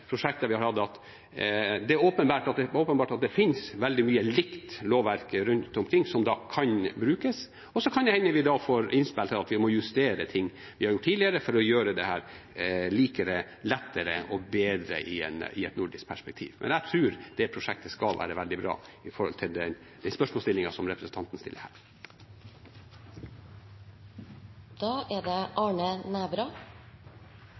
vi har hatt, at det er åpenbart at det finnes veldig mye likt lovverk rundt omkring som kan brukes. Og så kan det hende vi får innspill om at vi må justere ting vi har gjort tidligere, for å gjøre dette likere, lettere og bedre i et nordisk perspektiv. Men jeg tror det prosjektet skal være veldig bra med hensyn til spørsmålsstillingen som representanten tar opp. Jeg også takker for det